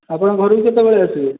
ଆପଣ ଘରକୁ କେତେବେଳେ ଆସିବେ